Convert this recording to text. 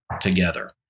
together